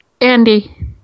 Andy